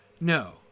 No